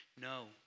no